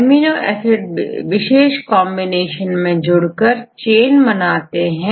amino acid विशेष combination में जुड़कर चेन मनाते हैं